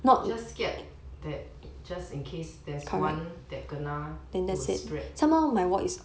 just scared that just in case there's one that kena then will spread